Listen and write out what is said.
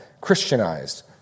Christianized